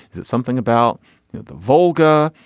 is it something about the volga.